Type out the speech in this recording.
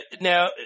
now